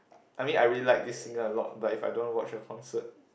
I mean I really like this singer a lot but if I don't want to watch her concert